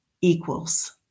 equals